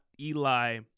Eli